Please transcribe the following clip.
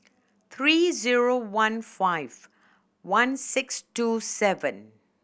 three zero one five one six two seven